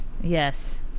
Yes